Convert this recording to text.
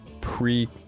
pre